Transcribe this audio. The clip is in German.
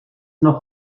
noch